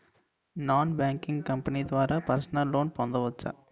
Non banking company ద్వారా personal loan పొందవచ్చా?